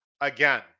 Again